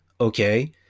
Okay